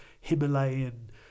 Himalayan